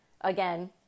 Again